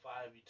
five